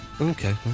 Okay